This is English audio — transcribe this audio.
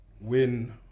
Win